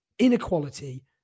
inequality